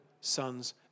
sons